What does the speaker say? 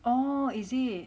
oh is it